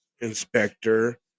inspector